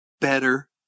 better